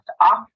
off